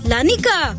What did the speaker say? Lanika